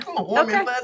okay